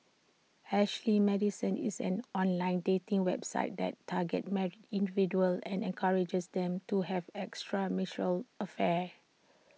Ashley Madison is an online dating website that targets married individuals and encourages them to have affairs